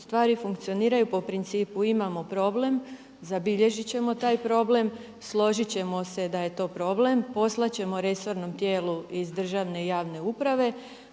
stvari funkcioniraju po principu imamo problem, zabilježiti ćemo taj problem, složiti ćemo se da je to problem, poslati ćemo resornom tijelu iz državne i javne uprave,